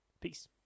Peace